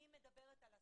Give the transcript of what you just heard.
אני מדברת על הסוף,